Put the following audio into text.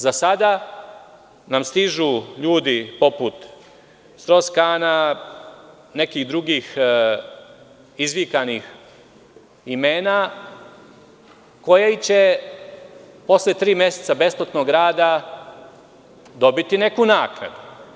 Za sada nam stižu ljudi poput Stros Kana i nekih drugih izvikanih imena, koji će posle tri meseca besplatnog rada dobiti nekakvu naknadu.